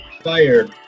fire